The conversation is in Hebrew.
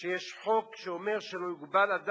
שיש חוק שאומר שלא יוגבל אדם